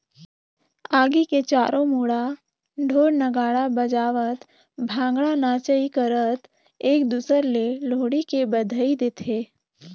आगी के चारों मुड़ा ढोर नगाड़ा बजावत भांगडा नाचई करत एक दूसर ले लोहड़ी के बधई देथे